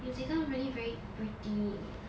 new zealand really very pretty